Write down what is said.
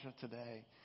today